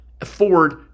afford